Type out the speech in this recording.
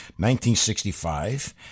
1965